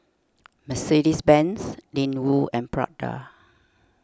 Mercedes Benz Ling Wu and Prada